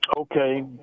Okay